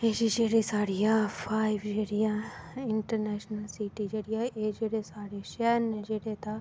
किश जेह्ड़ियां साढ़ियां फाईव जेह्ड़ियां इंटरनेशनल सिटी जेह्ड़ियां शैह्र न जेह्ड़े तां